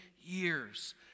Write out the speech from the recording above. years